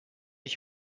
ich